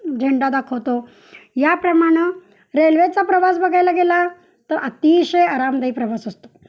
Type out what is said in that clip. झेंडा दाखवतो याप्रमाणं रेल्वेचा प्रवास बघायला गेला तर अतिशय आरामदायी प्रवास असतो